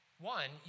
one